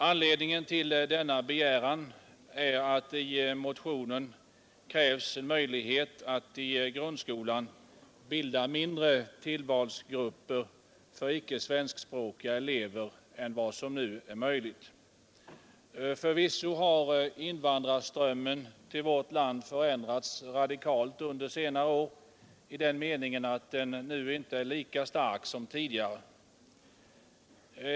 Anledningen till denna begäran är att i motionen krävs möjlighet att i grundskolan bilda mindre tillvalsgrupper än vad som nu är möjligt för icke svenskspråkiga elever. Förvisso har invandrarströmmen till vårt land förändrats radikalt under senare år i den meningen att den nu inte är lika stark som tidigare.